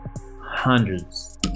Hundreds